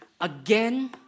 again